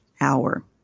hour